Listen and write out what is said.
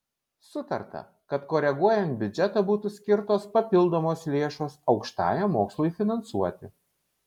sutarta kad koreguojant biudžetą būtų skirtos papildomos lėšos aukštajam mokslui finansuoti